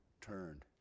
turned